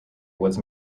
was